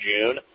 June